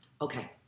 Okay